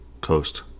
Coast